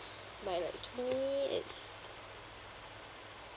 like to me it's